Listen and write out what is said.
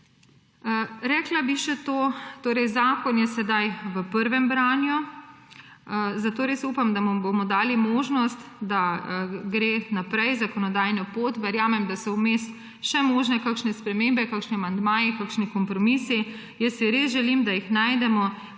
Rekla bi še to, zakon je sedaj v prvem branju, zato res upam, da mu bomo dali možnost, da gre naprej zakonodajno pot. Verjamem, da so vmes še možne kakšne spremembe, kakšni amandmaji, kakšni kompromisi. Res si želim, da jih najdemo,